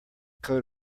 coat